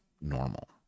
normal